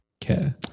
care